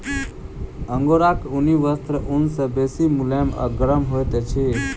अंगोराक ऊनी वस्त्र ऊन सॅ बेसी मुलैम आ गरम होइत अछि